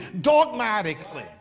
dogmatically